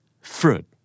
Fruit